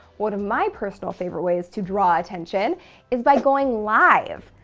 one of my personal favorite ways to draw attention is by going live.